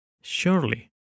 Surely